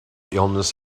illness